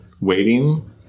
waiting